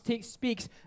speaks